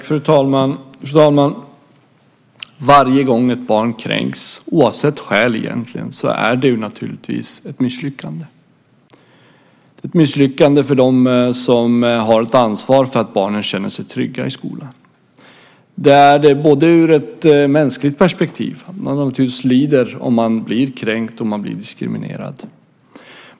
Fru talman! Varje gång ett barn kränks, oavsett skäl egentligen, är det naturligtvis ett misslyckande. Det är ett misslyckande för dem som har ett ansvar för att barnen känner sig trygga i skolan. Det är ett misslyckande ur ett mänskligt perspektiv. Man lider naturligtvis om man blir kränkt eller diskriminerad.